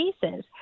cases